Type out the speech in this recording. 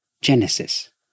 Genesis